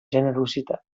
generositat